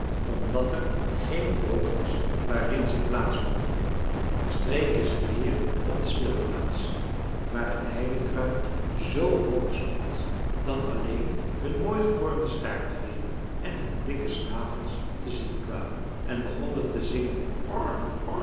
omdat er geen boom was waarin ze plaats konden vinden streken ze neer op de speelplaats waar het heidekruid z hoog stond dat alleen hun mooi gevormde staartveeren en hun dikke snavels te zien kwamen en begonnen te zingen